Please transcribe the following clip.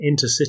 intercity